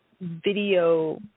video